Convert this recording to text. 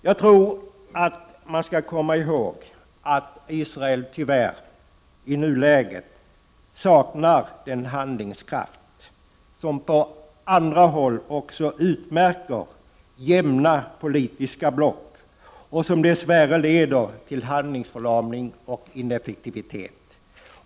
Jag tror att man skall komma ihåg att Israel i nuläget tyvärr saknar den handlingskraft som på andra håll utmärker jämna politiska block och som dess värre leder till handlingsförlamning och ineffektivitet.